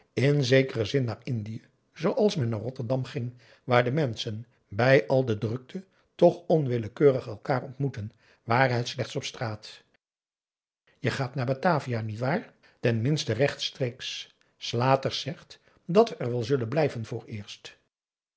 in zekeren zin naar indië zooals men naar rotterdam ging waar de menschen bij al de drukte toch onwillekeurig elkaar ontmoeten ware het slechts op straat je gaat naar batavia niet waar ten minste rechtstreeks slaters zegt dat we er wel zullen blijven